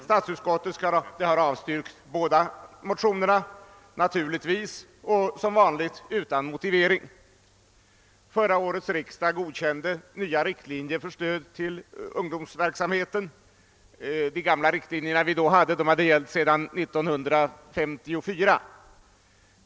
Statsutskottet har naturligtvis avstyrkt båda motionerna och som vanligt utan motivering. Förra årets riksdag godkände nya riktlinjer för stöd till ung domsverksamheten; de gamla riktlinjerna hade då gällt sedan 1954.